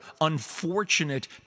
unfortunate